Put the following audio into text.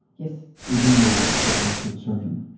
yes. you didn't know what the quote was for the surgeon?